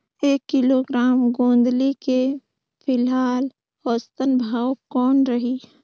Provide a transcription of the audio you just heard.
एक किलोग्राम गोंदली के फिलहाल औसतन भाव कौन रही?